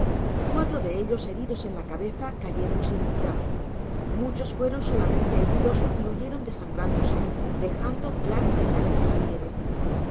cuatro de ellos heridos en la cabeza cayeron sin vida muchos fueron solamente heridos y huyeron desangrándose dejando claras señales en la nieve